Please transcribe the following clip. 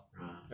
uh